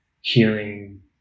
healing